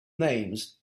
names